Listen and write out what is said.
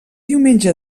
diumenge